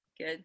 Good